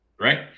right